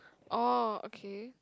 oh okay